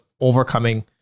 overcoming